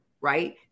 right